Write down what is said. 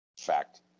Fact